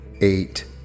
eight